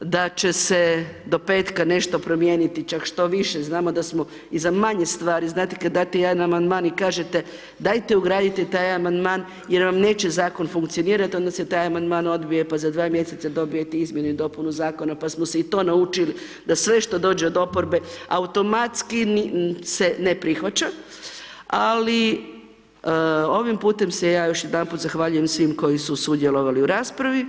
da će se do petka nešto promijeniti, čak što više, znamo da smo i za manje stvari, znate kad date jedan amandman i kažete dajte ugradite taj amandman jer vam neće Zakon funkcionirati, onda se taj amandman odbije, pa za dva mjeseca dobijete izmjenu i dopunu Zakona, pa smo se i to naučili da sve što dođe od oporbe, automatski se ne prihvaća, ali ovim putem se ja još jedanput zahvaljujem svim koji su sudjelovali u raspravi.